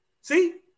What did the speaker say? See